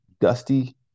dusty